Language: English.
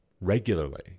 regularly